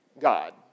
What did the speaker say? God